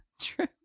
True